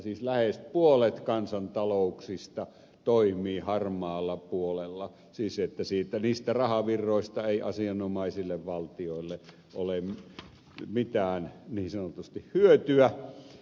siis lähes puolet kansantalouksista toimii harmaalla puolella siis niin että niistä rahavirroista ei asianomaisille valtioille ole mitään niin sanotusti hyötyä